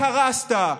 קרסת,